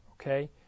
okay